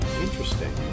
interesting